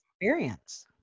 experience